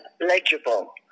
legible